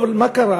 טוב, מה קרה?